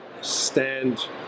stand